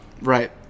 Right